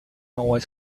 always